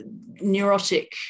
neurotic